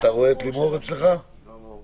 לפני שנתיים,